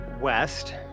west